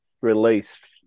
Released